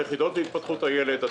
היחידות להתפתחות ילד